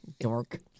Dork